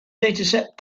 dataset